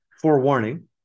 forewarning